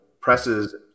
presses